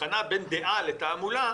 מתחילות להתעורר שאלות של חופש